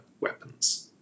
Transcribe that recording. weapons